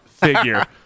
figure